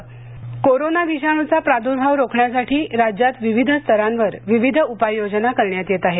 परीक्षा पुढेएन ओ ए कोरोना विषाणूचा प्रादुर्भाव रोखण्यासाठी राज्यात विविध स्तरांवर विविध उपाय योजना करण्यात येत आहेत